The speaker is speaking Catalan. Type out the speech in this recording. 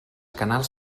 canals